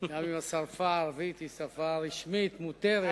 גם אם השפה הערבית היא שפה רשמית מותרת,